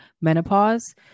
menopause